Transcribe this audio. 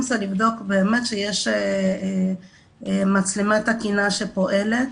צריכים לבדוק באמת שיש מצלמה תקינה שפועלת